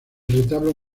retablo